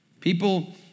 People